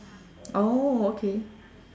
oh okay